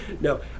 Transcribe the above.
No